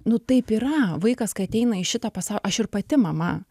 nu taip yra vaikas kai ateina į šitą pasau aš ir pati mama